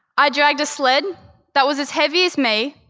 i dragged a sled that was as heavy as me,